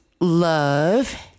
love